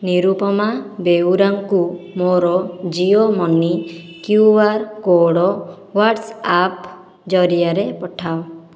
ନିରୁପମା ବେଉରାଙ୍କୁ ମୋର Jio money QR code WhatsApp ଜରିଆରେ ପଠାଅ